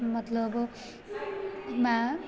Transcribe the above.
ਮਤਲਬ ਮੈਂ